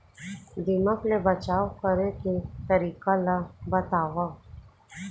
दीमक ले बचाव करे के तरीका ला बतावव?